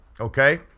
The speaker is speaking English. okay